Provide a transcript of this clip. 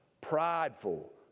prideful